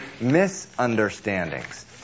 misunderstandings